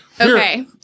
Okay